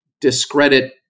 discredit